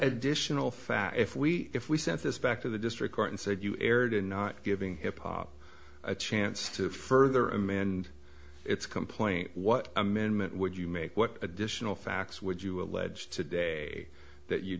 additional fact if we if we sent this back to the district court and said you erred in giving hip hop a chance to further and its complaint what amendment would you make what additional facts would you allege today that you